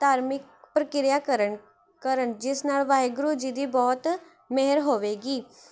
ਧਾਰਮਿਕ ਪ੍ਰਕਿਰਿਆ ਕਰਨ ਕਰਨ ਜਿਸ ਨਾਲ਼ ਵਾਹਿਗੁਰੂ ਜੀ ਦੀ ਬਹੁਤ ਮਿਹਰ ਹੋਵੇਗੀ